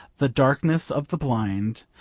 the darkness of the blind,